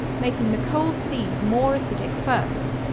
making the cold seas more acidic first.